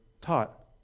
taught